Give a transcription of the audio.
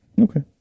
Okay